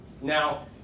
Now